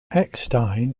eckstein